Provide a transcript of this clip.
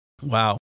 Wow